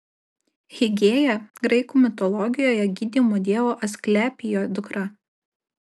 higiėja graikų mitologijoje gydymo dievo asklepijo dukra